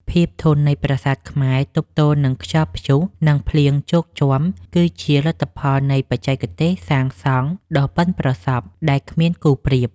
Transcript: ភាពធន់នៃប្រាសាទខ្មែរទប់ទល់នឹងខ្យល់ព្យុះ និងភ្លៀងជោកជាំ គឺជាលទ្ធផលនៃបច្ចេកទេសសាងសង់ដ៏ប៉ិនប្រសប់ដែលគ្មានគូប្រៀប។